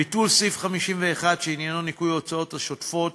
ביטול סעיף 51 שעניינו ניכוי ההוצאות השוטפות